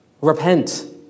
Repent